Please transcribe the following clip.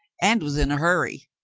and was in a hurry.